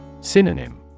Synonym